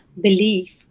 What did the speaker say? belief